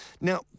Now